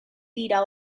dira